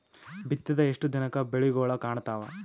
ಬಿತ್ತಿದ ಎಷ್ಟು ದಿನಕ ಬೆಳಿಗೋಳ ಕಾಣತಾವ?